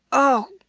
oh,